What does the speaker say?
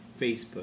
Facebook